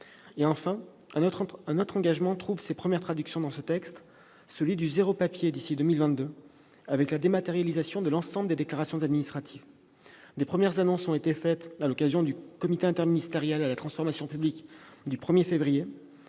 Enfin, un autre engagement trouve ses premières traductions dans ce texte : celui du « zéro papier » d'ici à 2022, avec la dématérialisation de l'ensemble des déclarations administratives. Des premières annonces ont été faites à l'occasion du comité interministériel de la transformation publique qui s'est